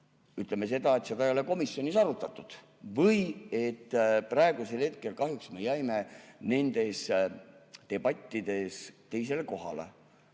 Ütleme, et seda ei ole komisjonis arutatud või et praegu kahjuks me jäime nendes debattides teisele kohale.